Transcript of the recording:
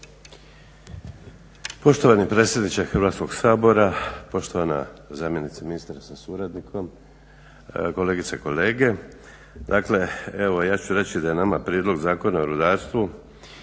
Poštovani predsjedniče Hrvatskog sabora, poštovana zamjenice ministra sa suradnikom, kolegice i kolege. Dakle evo ja ću reći da je nama Prijedlog zakona o rudarstvu